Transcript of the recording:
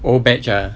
old batch ah